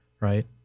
right